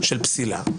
של פסילה,